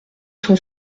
son